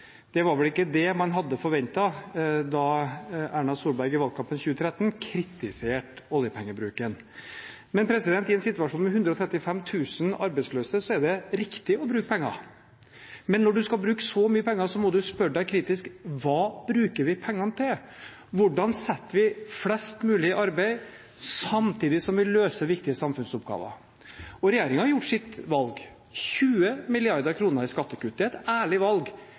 Det var vel ikke det man hadde forventet da Erna Solberg i valgkampen 2013 kritiserte oljepengebruken. I en situasjon med 130 000 arbeidsløse er det riktig å bruke penger. Men når man skal bruke så mye penger, må man spørre seg kritisk: Hva bruker vi pengene til? Hvordan setter vi flest mulig i arbeid samtidig som vi løser viktige samfunnsoppgaver? Regjeringen har gjort sitt valg: 20 mrd. kr i skattekutt. Det er et ærlig valg,